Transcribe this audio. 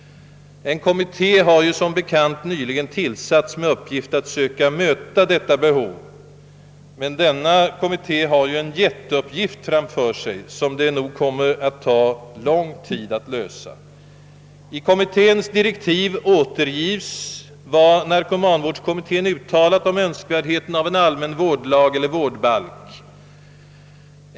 En kommitté har ju som bekant nyligen tillsatts med uppgift att söka möta detta behov. Men denna kommitté har en jätteuppgift framför sig som det nog kommer att ta lång tid att lösa. I kommitténs direktiv återges vad narkomanvårdskommittén uttalat om önskvärdheten av en allmän vårdlag eller vårdbalk.